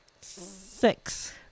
Six